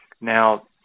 Now